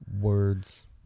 words